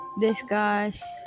discuss